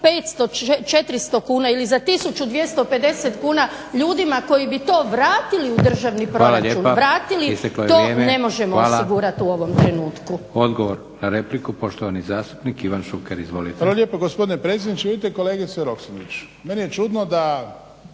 500, 400 kuna ili za 1250 kuna ljudima kojima bi to vratili u državni proračun, vratili, to ne možemo osigurat u ovom trenutku. **Leko, Josip (SDP)** Hvala. Odgovor na repliku, poštovani zastupnik Ivan Šuker. Izvolite.